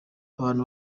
abantu